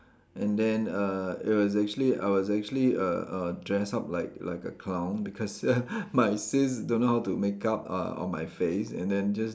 and then uh it was actually I was actually err err dressed up like like a clown because my sis don't know how to make up uh on my face and then just